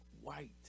white